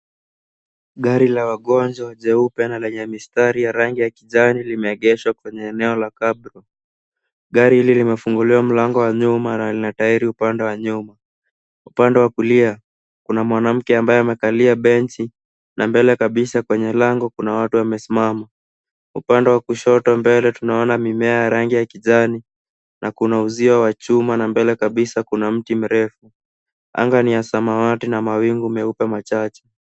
Gari la wagonjwa jeupe na lenye mistari ya rangi ya kijani limeegeshwa kwenye eneo la cabro . Gari hili limefunguliwa mlango wa nyuma na lina tairi upande wa nyuma. Upande wa kulia, kuna mwanamke ambaye amekalia benchi na mbele kabisa kwenye lango kuna watu wamesimama. Upande wa kushoto mbele tuonaona mimea ya rangi ya kijanni na kuna uzio wa chuma na mbele kabisa kuna mti mrefu. Anga ni ya samawati na mawingu meupe machache.